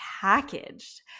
packaged